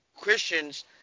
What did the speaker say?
Christians